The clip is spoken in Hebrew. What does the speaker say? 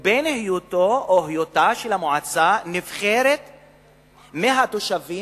ובין היותה של המועצה נבחרת מהתושבים,